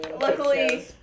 Luckily